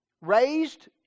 Raised